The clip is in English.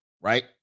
right